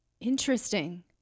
Interesting